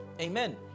Amen